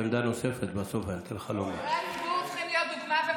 נבחרי הליכוד צריכים להגן על האזרח